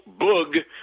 Boog